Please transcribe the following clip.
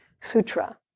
sutra